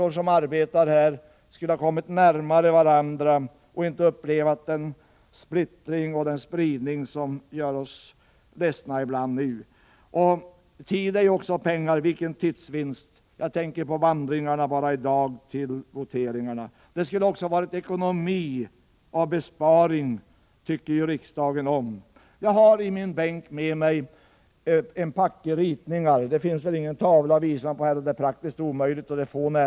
Vi som arbetar här skulle ha kommit närmare varandra. Vi skulle inte ha behövt uppleva den splittring och spridning som ibland gör oss ledsna. Det är ju också en fråga om pengar. Vilken tidsvinst hade man inte kunnat göra! Jag tänker då på de vandringar som vi ledamöter bara i dag har att göra när vi skall bege oss till voteringarna. Det skulle också ha varit ekonomiskt — riksdagen tycker ju om besparingar — att välja ett annat alternativ. Jag har i min bänk en packe ritningar. Men det finns väl ingen tavla här, varför det är praktiskt omöjligt att visa några bilder.